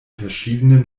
verschiedenen